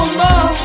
more